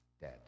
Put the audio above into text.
dead